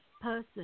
person